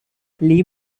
lee